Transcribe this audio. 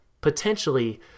potentially